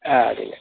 ಹಾಂ ಅಡ್ಡಿಲ್ಲ